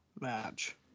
match